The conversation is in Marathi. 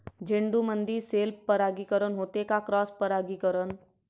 झेंडूमंदी सेल्फ परागीकरन होते का क्रॉस परागीकरन?